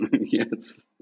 yes